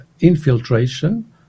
infiltration